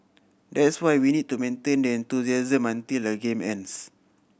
that's why we need to maintain that enthusiasm until the game ends